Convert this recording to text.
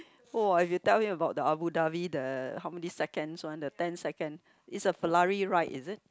!wah! if you tell him about the Abu-Dhabi the how many seconds one the ten second is a Ferrari ride is it